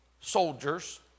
soldiers